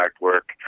work